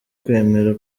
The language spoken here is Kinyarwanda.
kwemera